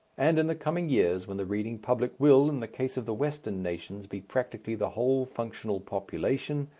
and in the coming years when the reading public will, in the case of the western nations, be practically the whole functional population,